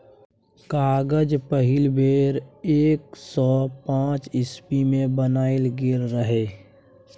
कागज पहिल बेर एक सय पांच इस्बी मे बनाएल गेल रहय